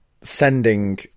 sending